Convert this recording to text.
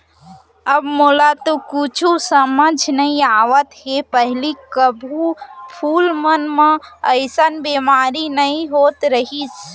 अब मोला तो कुछु समझ म नइ आवत हे, पहिली कभू फूल मन म अइसन बेमारी नइ होत रहिस